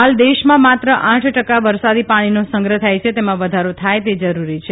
હાલ દેશમાં માત્ર આઠ ટકા વરસાદી પાણીનો સંગ્રહ થાય છે તેમાં વધારો થાય તે જરૂરી છે